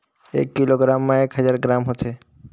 एक किलोग्राम म एक हजार ग्राम होथे